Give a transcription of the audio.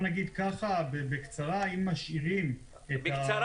נגיד בקצרה שאם משאירים את --- בקצרה